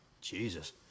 Jesus